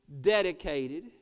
dedicated